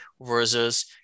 versus